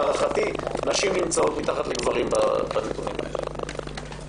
להערכתי נשים נמצאות מתחת לגברים בנתונים האלה.